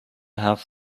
have